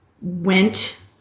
went